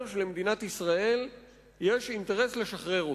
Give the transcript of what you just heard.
שלמדינת ישראל יש אינטרס לשחרר אותו.